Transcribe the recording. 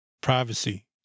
privacy